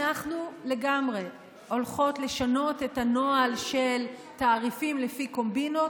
אנחנו לגמרי הולכות לשנות את הנוהל של תעריפים לפי קומבינות,